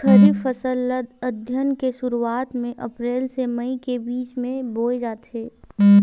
खरीफ फसल ला अघ्घन के शुरुआत में, अप्रेल से मई के बिच में बोए जाथे